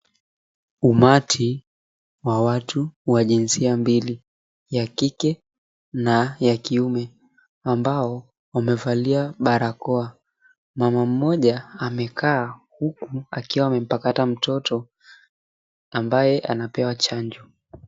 Umati wa watu wa jinsia mbili ya kike na ya kiume ambao wamevalia barakoa, mama moja amekaa huku akiwa amepakata mtoto ambaye anapewa chanjo.